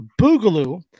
Boogaloo